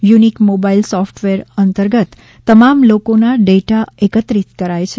unique mobile software અંતર્ગત તમામ લોકોના ડેટા એકત્રિત કરાય છે